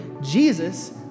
Jesus